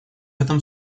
этом